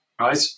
Right